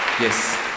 Yes